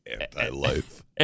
Anti-life